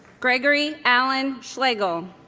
gregory allyn schlegel